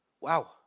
Wow